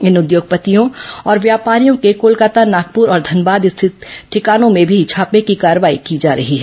इन उद्योगपतियों और व्यापारियों के कोलकाता नागपुर और धनबाद स्थित ठिकानों में भी छापे की कार्रवाई की जा रही है